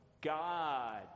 God